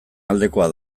aldekoa